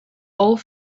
all